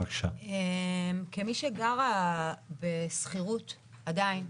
כמי שגרה בשכירות עדיין,